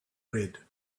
red